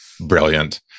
brilliant